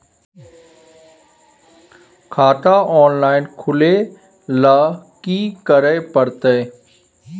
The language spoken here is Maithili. खाता ऑनलाइन खुले ल की करे परतै?